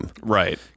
Right